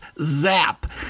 Zap